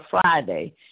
Friday